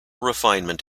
refinement